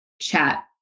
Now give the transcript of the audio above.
chat